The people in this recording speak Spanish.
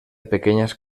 pequeñas